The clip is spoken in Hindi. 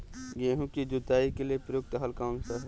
गेहूँ की जुताई के लिए प्रयुक्त हल कौनसा है?